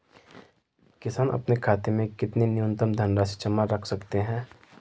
किसान अपने खाते में कितनी न्यूनतम धनराशि जमा रख सकते हैं?